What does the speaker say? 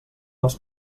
els